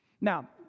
Now